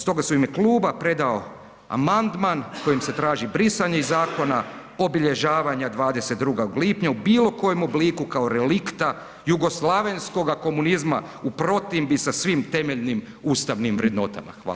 Stoga sam u ime kluba predao amandman kojim se traži brisanje iz zakona obilježavanje 22. lipnja u bilo kojem obliku kao relikta jugoslavenskoga komunizma u protimbi sa svim temeljnim ustavnim vrednotama.